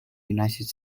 united